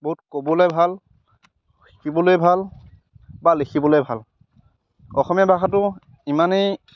বহুত ক'বলৈ ভাল শিকিবলৈ ভাল বা লিখিবলৈ ভাল অসমীয়া ভাষাটো ইমানেই